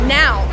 now